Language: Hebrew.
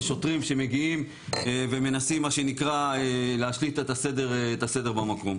בשוטרים שמגיעים ומנסים מה שנקרא להשליט את הסדר במקום.